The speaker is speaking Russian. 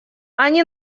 они